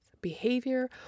behavior